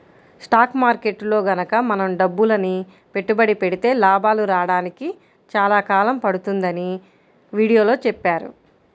stock మార్కెట్టులో గనక మనం డబ్బులని పెట్టుబడి పెడితే లాభాలు రాడానికి చాలా కాలం పడుతుందని వీడియోలో చెప్పారు